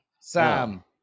Sam